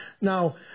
Now